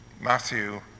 Matthew